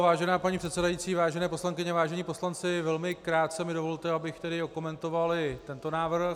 Vážená paní předsedající, vážené poslankyně, vážení poslanci, velmi krátce mi dovolte, abych tedy okomentoval i tento návrh.